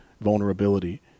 vulnerability